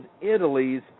Italy's